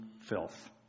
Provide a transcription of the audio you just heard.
filth